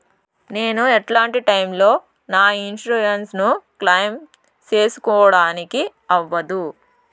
నేను ఎట్లాంటి టైములో నా ఇన్సూరెన్సు ను క్లెయిమ్ సేసుకోవడానికి అవ్వదు?